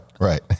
Right